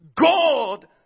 God